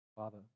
Father